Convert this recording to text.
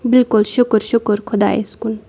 بالکل بالکل شُکُر شُکُر خۄدایَس کُن